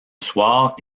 soir